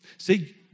See